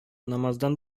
намаздан